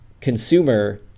consumer